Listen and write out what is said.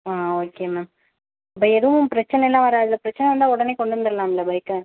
ஆ okay ma'am இப்போ எதுவும் பிரச்சனலாம் வராதுல்ல பிரச்சனை வந்தா உடனே கொண்டு வந்துர்லாம்ல பைக்கை